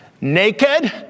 naked